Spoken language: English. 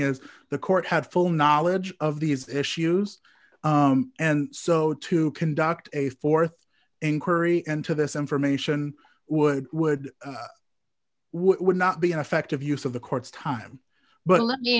is the court had full knowledge of these issues and so to conduct a th inquiry into this information would would would not be an effective use of the court's time but let me